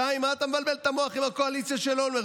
2. מה אתה מבלבל את המוח עם הקואליציה של אולמרט?